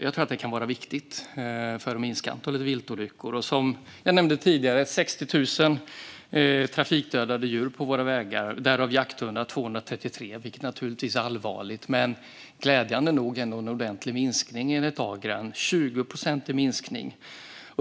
Jag tror att det kan vara viktigt för att minska antalet viltolyckor. Jag nämnde tidigare siffran 60 000 trafikdödade djur på våra vägar, varav 233 jakthundar. Det är naturligtvis allvarligt men glädjande nog ändå en ordentlig minskning, enligt Agria, en 20-procentig minskning.